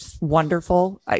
wonderful